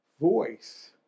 voice